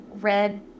red